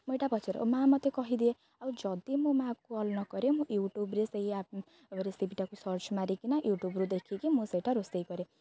ମୁଁ ଏଟା ପଚାରେ ମା' ମୋତେ କହିଦିଏ ଆଉ ଯଦି ମୁଁ ମାଆକୁ କଲ୍ ନ କରେ ମୁଁ ୟୁଟ୍ୟୁବ୍ରେ ସେଇ ଆପ୍ ରେସିପିଟାକୁ ସର୍ଚ୍ଚ ମାରିକିନା ୟୁଟ୍ୟୁବ୍ରୁ ଦେଖିକି ମୁଁ ସେଇଟା ରୋଷେଇ କରେ